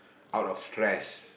out of stress